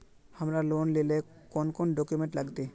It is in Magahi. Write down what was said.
हमरा लोन लेले कौन कौन डॉक्यूमेंट लगते?